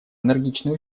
энергичные